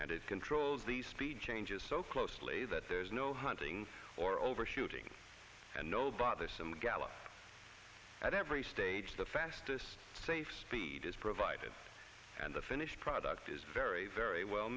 and it controls the speed changes so closely that there's no hunting or overshooting and no bothersome gallop at every stage the fastest safe speed is provided and the finished product is very very well